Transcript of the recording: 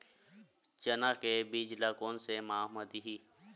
चना के बीज ल कोन से माह म दीही?